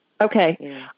Okay